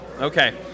Okay